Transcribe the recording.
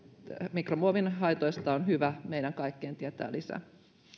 mikromuovin haitoista on hyvä meidän kaikkien tietää lisää